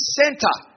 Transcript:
center